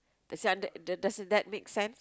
does it under~ does it that makes sense